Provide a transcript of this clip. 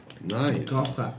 nice